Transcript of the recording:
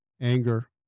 anger